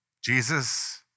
Jesus